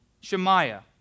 Shemaiah